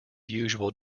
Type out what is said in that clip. usual